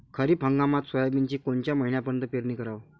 खरीप हंगामात सोयाबीनची कोनच्या महिन्यापर्यंत पेरनी कराव?